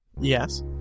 Yes